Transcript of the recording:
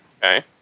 Okay